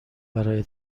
برای